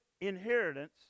inheritance